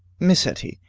miss etty,